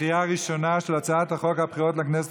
בקריאה ראשונה על הצעת חוק הבחירות לכנסת